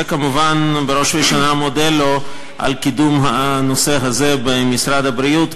וכמובן אני בראש ובראשונה מודה לו על קידום הנושא הזה במשרד הבריאות,